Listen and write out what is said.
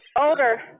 older